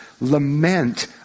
Lament